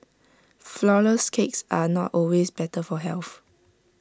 Flourless Cakes are not always better for health